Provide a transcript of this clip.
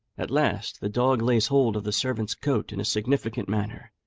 at last the dog lays hold of the servant's coat in a significant manner,